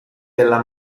della